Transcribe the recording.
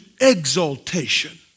exaltation